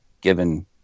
given